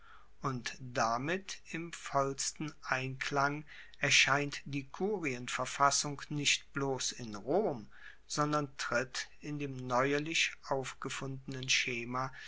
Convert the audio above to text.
und damit im vollsten einklang erscheint die kurienverfassung nicht bloss in rom sondern tritt in dem neuerlich aufgefundenen schema